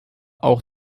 auch